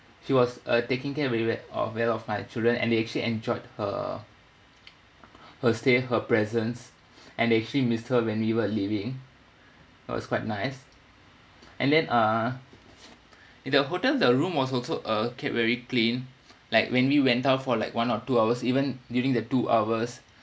she was uh taking care very well of well of my children and they actually enjoyed her her stay her presence and they actually missed her when we were leaving it was quite nice and then uh in the hotel the room was also uh kept very clean like when we went out for like one or two hours even during the two hours